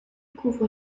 couvre